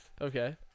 Okay